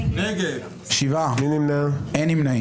הצבעה לא אושרו.